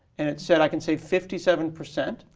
and it said i can save fifty seven percent.